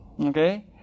Okay